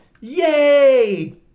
yay